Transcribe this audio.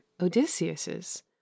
Odysseus's